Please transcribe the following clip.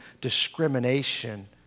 discrimination